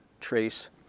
trace